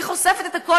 היא חושפת את הכול,